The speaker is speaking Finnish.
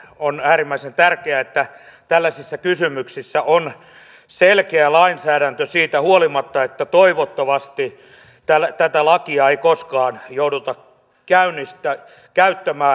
on äärimmäisen tärkeää että tällaisissa kysymyksissä on selkeä lainsäädäntö siitä huolimatta että toivottavasti tätä lakia ei koskaan jouduta käyttämään